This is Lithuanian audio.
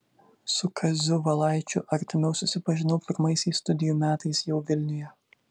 su kaziu valaičiu artimiau susipažinau pirmaisiais studijų metais jau vilniuje